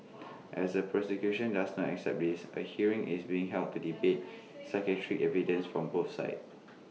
as the prosecution does not accept this A hearing is being held to debate psychiatric evidence from both sides